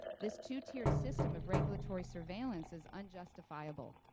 this two-tiered system of regulatory surveillance is unjustifiable.